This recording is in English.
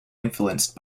influenced